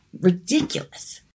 ridiculous